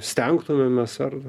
stengtumėmės ar